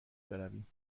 برویم